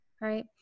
Right